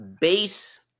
base